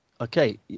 Okay